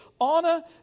Honor